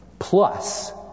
Plus